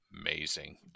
Amazing